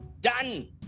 done